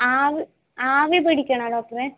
ആവി പിടിക്കണോ ഡോക്ടറെ